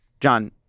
John